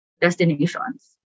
destinations